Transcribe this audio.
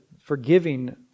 forgiving